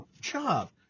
job